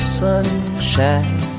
sunshine